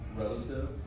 Relative